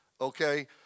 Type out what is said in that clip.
Okay